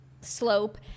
slope